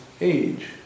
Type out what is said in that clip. age